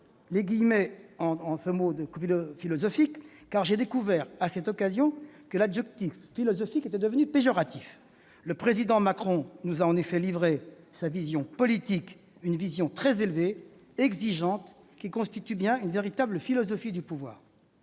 trop générale, trop « philosophique »-j'ai découvert, à cette occasion, que l'adjectif « philosophique » serait devenu péjoratif ... Le Président Macron nous a en effet livré sa vision de la politique, une vision très élevée, exigeante, qui constitue bien une véritable philosophie du pouvoir.